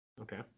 Okay